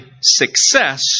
success